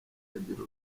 butagira